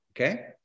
Okay